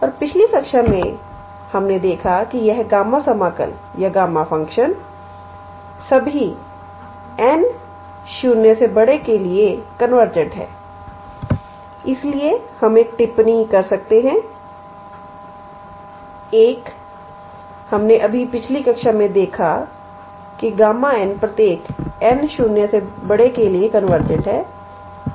और पिछली कक्षा में हमने देखा कि यह गामा समाकल या गामा फ़ंक्शन सभी n 0 के लिए कन्वर्जेंट है इसलिए हम एक टिप्पणी कर सकते हैं 1 हमने अभी पिछली कक्षा में देखा Γ प्रत्येक n 0 के लिए कन्वर्जेंट है